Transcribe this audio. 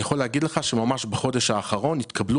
אני יכול להגיד לך שממש בחודש האחרון התקבלו